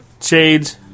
shades